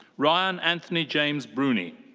ryan anthony-james bruni.